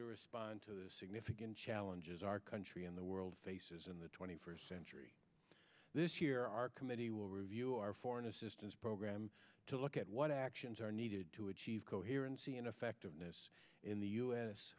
to respond to the significant challenges our country in the world faces in the twenty first century this year our committee will review our foreign assistance program to look at what actions are needed to achieve coherency ineffectiveness in the u s